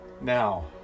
Now